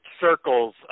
circles